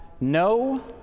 No